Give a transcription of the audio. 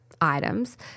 items